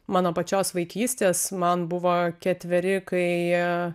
mano pačios vaikystės man buvo ketveri kai